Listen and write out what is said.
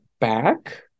back